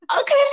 okay